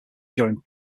during